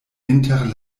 inter